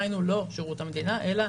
היינו, לא שירות המדינה אלא